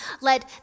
let